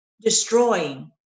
destroying